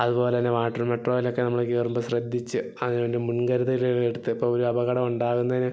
അതുപോലെ തന്നെ വാട്ടർ മെട്രോയിലൊക്കെ നമ്മള് കയറുമ്പോള് ശ്രദ്ധിച്ച് അതിന് വേണ്ട മുൻകരുതലുകൾ എടുത്ത് ഇപ്പോള് ഒരു അപകടം ഉണ്ടാകുന്നതിന്